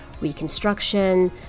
reconstruction